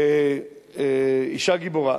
אשה גיבורה.